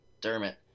Dermot